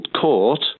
court